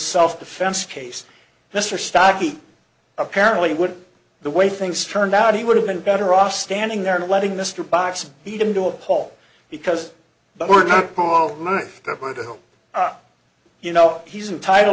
self defense case mr stocky apparently would the way things turned out he would have been better off standing there and letting mr boxing beat him to a pole because but we're not going to go you know he's entitle